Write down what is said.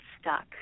stuck